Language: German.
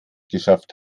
geschafft